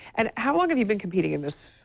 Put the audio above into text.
and how long have you been competing in this?